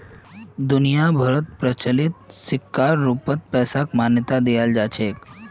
दुनिया भरोत प्रचलित सिक्कर रूपत पैसाक मान्यता दयाल जा छेक